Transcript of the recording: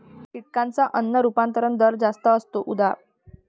कीटकांचा अन्न रूपांतरण दर जास्त असतो, उदा